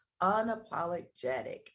Unapologetic